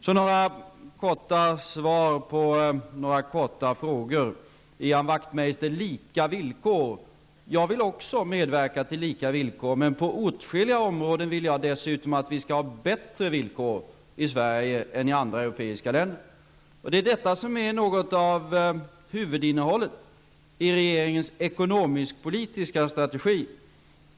Sedan några korta svar på några korta frågor. Ian Wachtmeister talade om lika villkor. Jag vill också medverka till lika villkor, men på åtskilliga områden vill jag dessutom att vi skall ha bättre villkor i Sverige än i andra europeiska länder. Detta är något av huvudinnehållet i regeringens ekonomisk-politiska strategi.